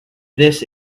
this